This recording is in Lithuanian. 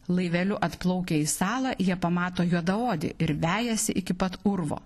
laiveliu atplaukę į salą jie pamato juodaodį ir vejasi iki pat urvo